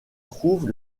trouve